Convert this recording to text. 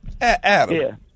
Adam